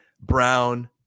Brown